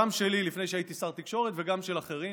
גם שלי לפני שהייתי שר תקשורת וגם של אחרים.